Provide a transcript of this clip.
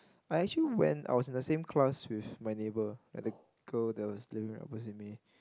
I actually went I was in the same class with my neighbour like the girl that was living right opposite me